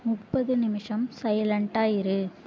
முப்பது நிமிடம் சைலண்டாக இரு